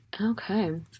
Okay